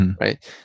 right